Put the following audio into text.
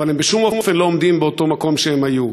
אבל הם בשום אופן לא עומדים באותו מקום שהם היו.